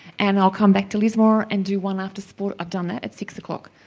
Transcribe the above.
and i'll come back to lismore and do one after school. i've done that. at six o'clock.